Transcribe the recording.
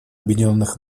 объединенных